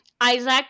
Isaac